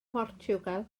mhortiwgal